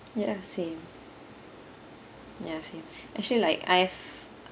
ya same ya same actually like I've